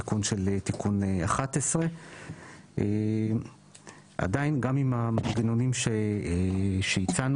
תיקון של תיקון 11. עדיין גם עם המנגנונים שהצענו